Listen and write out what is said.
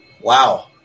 Wow